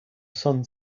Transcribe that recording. son